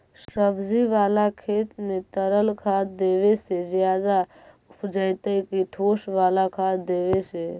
सब्जी बाला खेत में तरल खाद देवे से ज्यादा उपजतै कि ठोस वाला खाद देवे से?